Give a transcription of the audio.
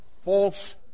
false